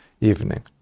evening